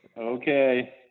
Okay